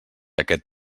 aquest